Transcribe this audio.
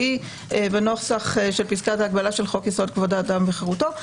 שהיא בנוסח של פסקת ההגבלה של חוק-יסוד: כבוד האדם וחירותו.